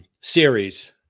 series